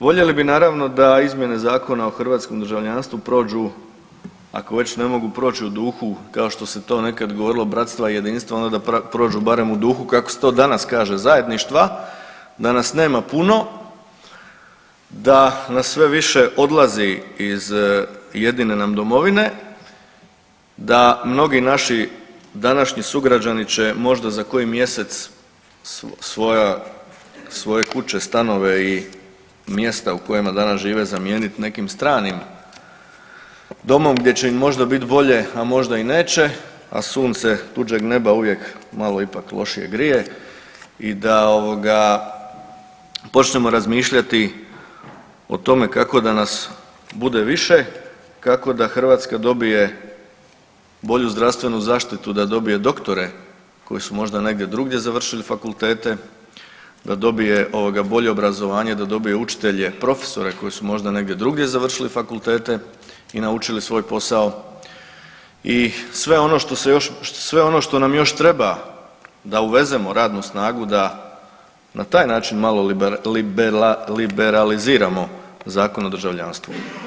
Voljeli bi naravno da izmjene Zakona o hrvatskom državljanstvu prođu ako već ne mogu proći u duhu kao što se to nekad govorilo bratstva i jedinstva onda da prođu barem u duhu kako se to danas kaže zajedništva, da nas nema puno, da nas sve više odlazi iz jedine nam domovine, da mnogi naši današnji sugrađani će možda za koji mjesec svoje kuće, stanove i mjesta u kojima danas žive zamijenit nekim stranim domom gdje će im možda bit bolje, a možda i neće, a sunce tuđeg neba uvijek malo ipak lošije grije i da ovoga počnemo razmišljati o tome kako da nas bude više, kako da Hrvatska dobije bolju zdravstvenu zaštitu da dobije doktore koji su možda negdje drugdje završili fakultete, da dobije ovoga bolje obrazovanje da dobije učitelje profesore koji su možda negdje drugdje završili fakultete i naučili svoj posao i sve ono što nam još treba da uvezemo radnu snagu da na taj način malo liberaliziramo Zakon o državljanstvu.